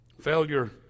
Failure